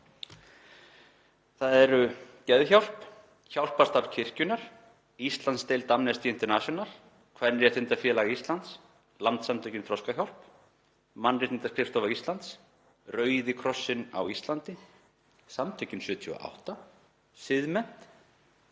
sl.: Geðhjálp, Hjálparstarf kirkjunnar, Íslandsdeild Amnesty International, Kvenréttindafélag Íslands, Landssamtökin Þroskahjálp, Mannréttindaskrifstofa Íslands, Rauði krossinn á Íslandi, Samtökin ´78, Siðmennt,